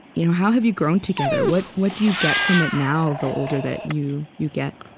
you know how have you grown together? what what do you get from it now, the older that you you get?